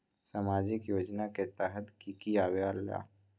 समाजिक योजना के तहद कि की आवे ला?